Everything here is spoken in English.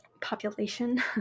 population